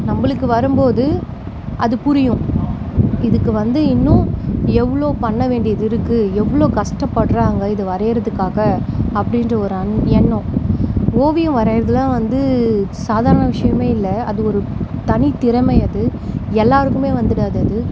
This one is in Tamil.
நம்மளுக்கு வரும்போது அது புரியும் இதுக்கு வந்து இன்னும் எவ்வளோ பண்ண வேண்டியது இருக்குது எவ்வளோ கஷ்டப்படுறாங்க இதை வரைகிறதுக்காக அப்படின்ற ஒரு அண் எண்ணம் ஓவியம் வரைகிறதுலாம் வந்து சாதாரண விஷயவுமே இல்லை அது ஒரு தனி திறமை அது எல்லாருக்குமே வந்துவிடாது அது